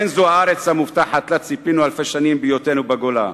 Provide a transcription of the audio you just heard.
אין זו הארץ המובטחת שלה ציפינו אלפי שנים בהיותנו בגולה.